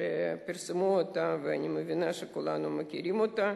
שפרסמו אותם, ואני מבינה שכולם מכירים אותם,